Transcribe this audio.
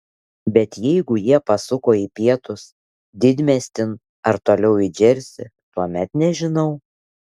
bet jeigu jie pasuko į pietus didmiestin ar toliau į džersį tuomet nežinau